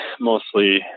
mostly